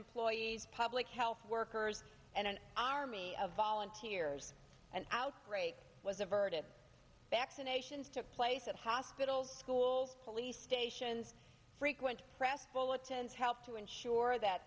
employees public health workers and an army of volunteers an outbreak was averted back sedations took place at hospitals schools police stations frequent press bulletins helped to ensure that